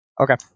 Okay